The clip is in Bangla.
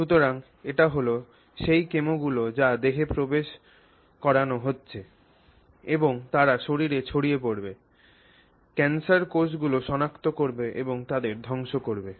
সুতরাং এটি হল সেই কেমিক্যালগুলি যা দেহে প্রবেশ করান হচ্ছে এবং তারা শরীরে ছড়িয়ে পড়বে ক্যান্সার কোষগুলি সনাক্ত করবে এবং তাদের ধ্বংস করবে